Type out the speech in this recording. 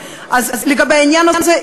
אז לגבי העניין הזה,